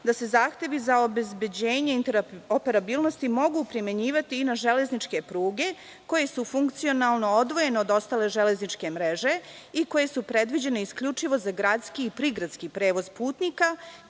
Da se zahtevi za obezbeđenje interoperabilnosti mogu primenjivati i na železničke pruge koje su funkcionalno odvojene od ostale železničke mreže i koje su predviđene isključivo za gradski i prigradski prevoz putnika,